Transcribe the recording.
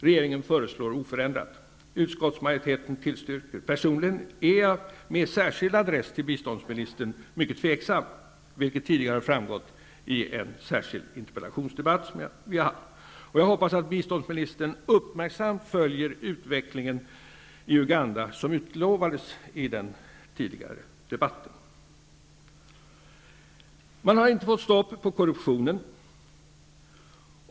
Regeringen föreslår oförändrad landram, och utskottsmajoriteten tillstyrker. Personligen är jag, med särskild adress till biståndsministern, mycket tveksam, vilket tidigare har framgått i en särskild interpellationsdebatt. Jag hoppas att biståndsministern uppmärksamt följer utvecklingen i Uganda, vilket utlovades i den tidigare debatten. Man har inte fått stopp på korruptionen.